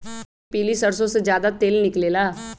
कि पीली सरसों से ज्यादा तेल निकले ला?